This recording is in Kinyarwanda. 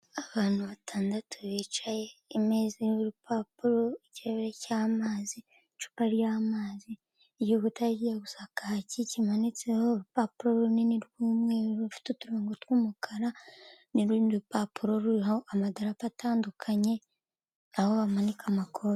Abantu batandatu bicaye, imeza iriho urupapuro, ikirahure cy'amazi, icupa ry'amazi, igikuta kigiye gusa kacyi kimanitseho urupapuro runini rw'umweru rufite uturongo tw'umukara n'urundi rupapuro ruriho amadarapa atandukanye aho bamanika amakoti.